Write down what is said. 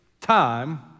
time